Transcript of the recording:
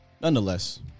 Nonetheless